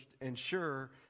ensure